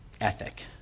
ethic